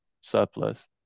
surplus